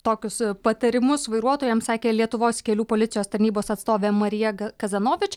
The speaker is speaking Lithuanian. tokius patarimus vairuotojams sakė lietuvos kelių policijos tarnybos atstovė marija kazanovič